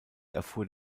erfuhr